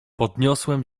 podniosłem